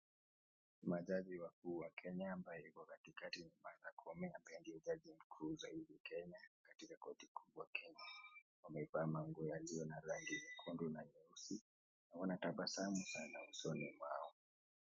Majaji wakuu wa Kenya, ambaye yuko katikati ni Martha Koome, ambaye ndiye jaji mkuu zaidi Kenya katika koti kubwa kenya, wamevaa manguo yaliyo na rangi nyekundu na nyeusi na wanatabasamu sana usoni mwao.